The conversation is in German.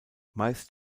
meist